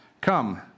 Come